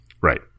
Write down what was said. Right